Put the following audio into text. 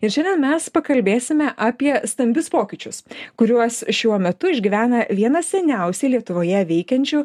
ir šiandien mes pakalbėsime apie stambius pokyčius kuriuos šiuo metu išgyvena viena seniausiai lietuvoje veikiančių